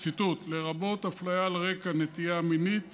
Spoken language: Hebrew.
"לרבות הפליה על רקע נטייה מינית